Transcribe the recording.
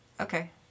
Okay